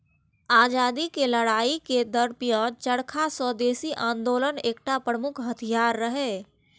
आजादीक लड़ाइ के दरमियान चरखा स्वदेशी आंदोलनक एकटा प्रमुख हथियार रहै